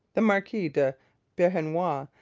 the marquis de beauharnois,